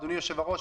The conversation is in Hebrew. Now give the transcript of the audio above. אדוני היושב-ראש,